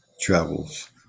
travels